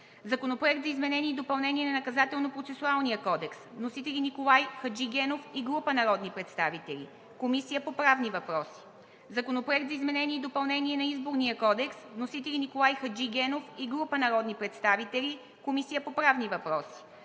Законопроект за изменение и допълнение на Наказателно-процесуалния кодекс. Вносители – Николай Хаджигенов и група народни представители. Водеща е Комисията по правни въпроси. Законопроект за изменение и допълнение на Изборния кодекс. Вносители – Николай Хаджигенов и група народни представители. Водеща е Комисията по правни въпроси.